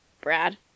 Brad